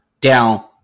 down